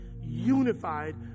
unified